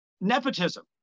nepotism